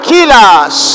Killers